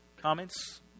comments